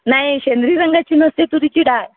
नाही शेंदरी रंगाची नसते तुरीची डाळ